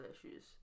issues